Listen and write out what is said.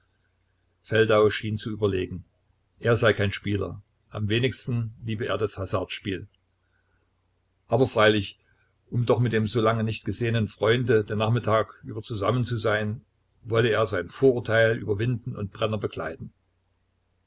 feldau schien zu überlegen er sei kein spieler am wenigsten liebe er das hasardspiel aber freilich um doch mit dem so lange nicht gesehenen freunde den nachmittag über zusammen zu sein wolle er sein vorurteil überwinden und brenner begleiten